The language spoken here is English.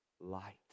light